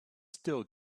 still